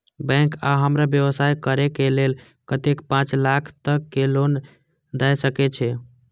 Bank का हमरा व्यवसाय करें के लेल कतेक पाँच लाख तक के लोन दाय सके छे?